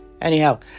Anyhow